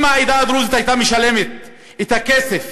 אם העדה הדרוזית הייתה משלמת את הכסף